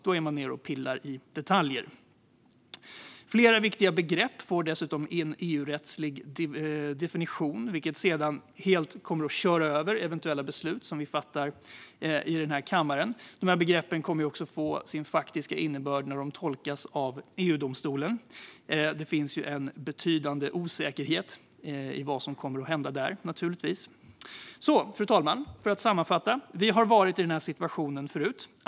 Då är man nere och pillar i detaljer. Flera viktiga begrepp får dessutom en EU-rättslig definition som sedan helt kommer att köra över eventuella beslut som vi fattar i den här kammaren. Dessa begrepp kommer också att få sin faktiska innebörd när de tolkas av EU-domstolen, och det finns naturligtvis en betydande osäkerhet när det gäller vad som kommer att hända där. Fru talman! För att sammanfatta: Vi har varit i den här situationen förut.